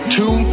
two